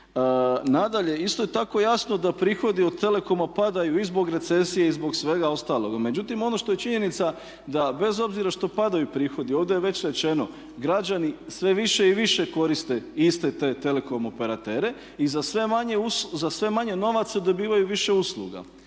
Nadalje, isto je tako jasno da prihodi od telekoma padaju i zbog recesije i zbog svega ostalog. Međutim, ono što je činjenica da bez obzira što padaju prihodi ovdje je već rečeno građani sve više i više koriste iste te telekom operatere i za sve manje novaca dobivaju više usluga.